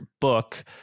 book